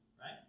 right